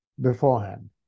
beforehand